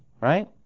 right